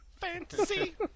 Fantasy